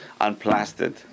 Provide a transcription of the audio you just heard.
Unplastered